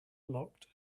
locked